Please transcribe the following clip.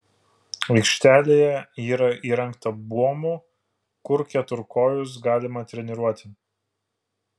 aikštelėje yra įrengta buomų kur keturkojus galima treniruoti